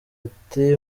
ati